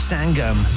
Sangam